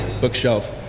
bookshelf